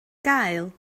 gael